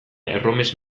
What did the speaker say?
erromes